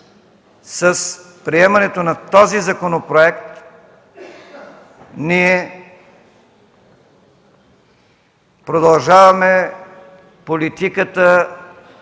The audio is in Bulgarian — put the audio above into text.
с приемането на този законопроект ние продължаваме политиката